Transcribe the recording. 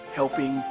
helping